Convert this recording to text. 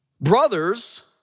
brothers